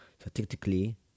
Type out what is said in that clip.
statistically